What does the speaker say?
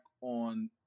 on